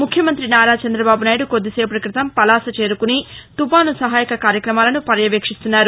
ముఖ్యమంత్రి నారా చందబాబు నాయుడు కొద్దిసేపటి క్రితం పలాస చేరుకుని తుపాను సహాయక కార్యక్రమాలను పర్యవేక్షిస్తున్నారు